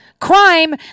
crime